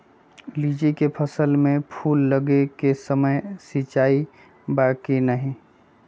लीची के फसल में फूल लगे के समय सिंचाई बा कि नही?